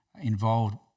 involved